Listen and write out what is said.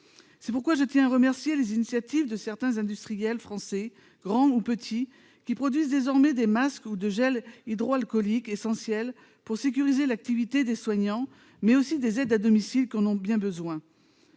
C'est pourquoi je tiens à saluer les initiatives de certains industriels français, grands ou petits, qui produisent désormais des masques ou du gel hydroalcoolique, essentiels pour sécuriser l'activité des soignants, mais aussi celle des aides à domiciles, qui en ont grand besoin.